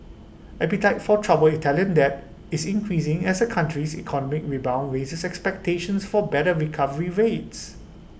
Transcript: appetite for troubled Italian debt is increasing as the country's economic rebound raises expectations for better recovery rates